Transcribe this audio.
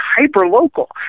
hyper-local